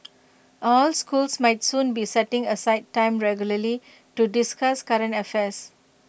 all schools might soon be setting aside time regularly to discuss current affairs